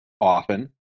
often